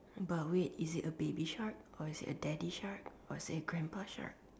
but wait is it a baby shark or is it a daddy shark or is it a grandpa shark